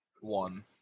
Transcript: one